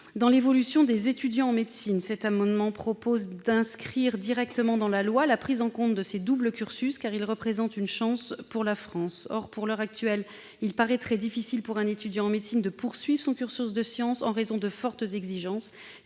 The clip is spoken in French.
dans l'évolution des étudiants en médecine. Les auteurs de cet amendement proposent donc d'inscrire directement dans la loi la prise en compte de ces doubles cursus, qui représentent une chance pour la France. Aujourd'hui, il paraît très difficile à un étudiant en médecine de poursuivre son cursus de sciences en raison des fortes exigences